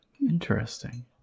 interesting